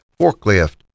forklift